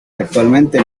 actualmente